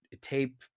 tape